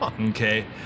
okay